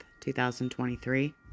2023